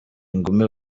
ingumi